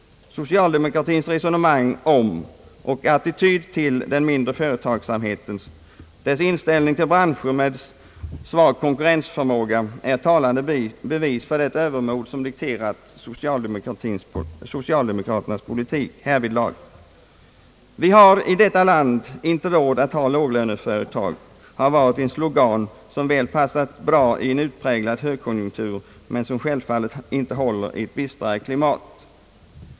Socialdemokratins resonemang om och attityd till den mindre företagsamheten, dess inställning till branscher med svag konkurrensförmåga är talande bevis för det övermod som dikterat socialdemokraternas politik. »Vi har i detta land inte råd att ha låglöneföretag» har varit en slogan som väl passat bra i en utpräglad högkonjunktur men som självfallet inte håller 1 ett bistrare klimat.